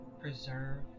preserve